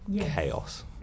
chaos